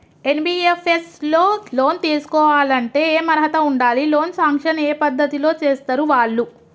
NBFS లో loan తీస్కోవాలంటే ఏం అర్హత ఉండాలి? లోన్ సాంక్షన్ ఏ పద్ధతి లో చేస్తరు వాళ్లు?